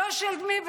לא של דמי בריאות,